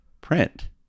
print